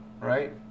right